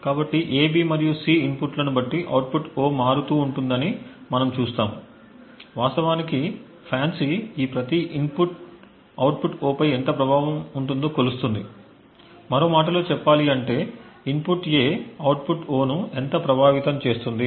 కాబట్టి A B మరియు C ఇన్పుట్లను బట్టి అవుట్పుట్ O మారుతూ ఉంటుందని మనం చూస్తాము వాస్తవానికి FANCI ఈ ప్రతి ఇన్పుట్ అవుట్పుట్ O పై ఎంత ప్రభావం ఉంటుందో కొలుస్తుంది మరో మాటలో చెప్పాలంటే ఇన్పుట్ A అవుట్పుట్ O ను ఎంత ప్రభావితం చేస్తుంది